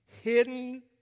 Hidden